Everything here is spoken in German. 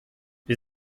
wir